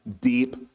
deep